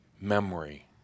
Memory